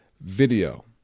video